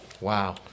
Wow